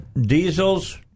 diesels